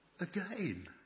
again